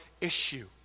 issue